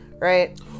right